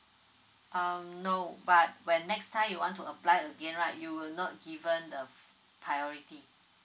um no but when next time you want to apply again right you will not given the priority